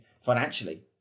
financially